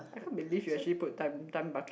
I can't believe you actually put a time time bucket